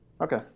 Okay